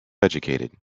educated